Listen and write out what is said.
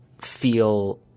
feel